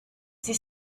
sie